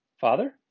Father